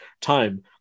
time